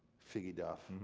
figgy duff,